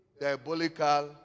Diabolical